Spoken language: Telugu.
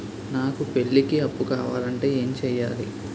నాకు పెళ్లికి అప్పు కావాలంటే ఏం చేయాలి?